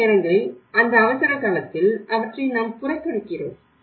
சில நேரங்களில் அந்த அவசர காலத்தில் அவற்றை நாம் புறக்கணிக்கிறோம்